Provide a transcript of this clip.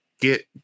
get